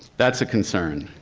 that's a concern.